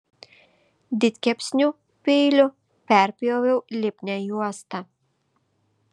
didkepsnių peiliu perpjoviau lipnią juostą